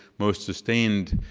most sustained,